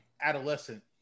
adolescent